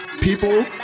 people